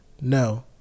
No